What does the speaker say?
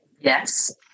Yes